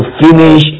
finish